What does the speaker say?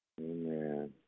Amen